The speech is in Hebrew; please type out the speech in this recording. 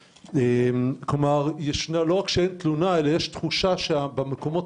לא רק שאין תלונה אלא שיש תחושה שבמקומות